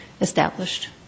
established